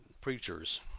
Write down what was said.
preachers